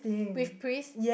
with Pris